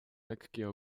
lekkie